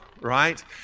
right